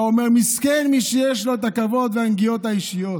הוא היה אומר: מסכן מי שיש לו את הכבוד והנגיעות האישיות.